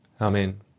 Amen